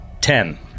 Ten